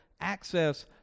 access